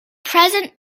present